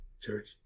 church